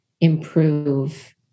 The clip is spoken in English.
improve